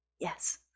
yes